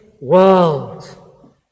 world